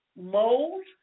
mold